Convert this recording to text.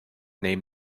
name